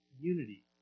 unity